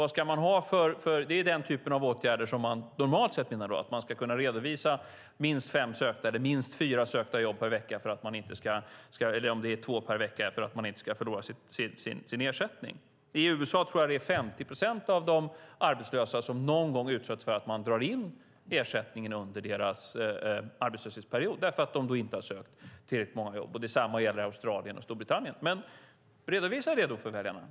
Det är den typen av åtgärder vi normalt sett menar, att man ska kunna redovisa minst fyra eller fem - eller om det är två - sökta jobb per vecka för att man inte ska förlora sin ersättning. I USA tror jag att det är 50 procent av de arbetslösa som någon gång utsätts för att man drar in ersättningen under deras arbetslöshetsperiod för att de inte har sökt tillräckligt många jobb. Detsamma gäller Australien och Storbritannien. Redovisa då det för väljarna!